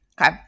Okay